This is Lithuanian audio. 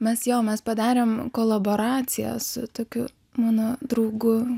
mes jo mes padarėm kolaboraciją su tokiu mano draugu